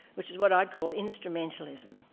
which is what i'd call instrumentalism.